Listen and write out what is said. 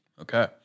Okay